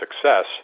success